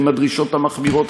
עם הדרישות המחמירות,